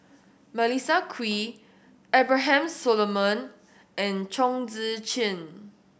Melissa Kwee Abraham Solomon and Chong Tze Chien